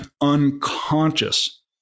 unconscious